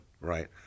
right